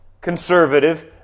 conservative